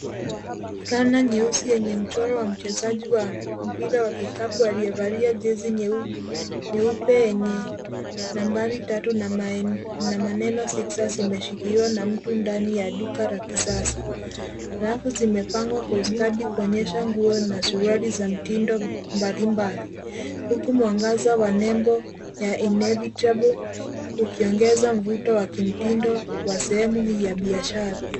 Fulana nyeusi yenye mchoro wa mchezaji wa mpira wa kikapu aliyevalia jezi nyeu- nyeupe yenye nambari tatu na maen- na maneno Sixers imeshikiliwa na mtu ndani ya duka la kisasa. Rafu zimepangwa kwa ustadi kuonyesha nguo na suruali za mtindo mbalimbali huku mwangaza wa nembo ya Innevitable ukiongeza mvuto wa kimtindo wa sehemu hii ya biashara.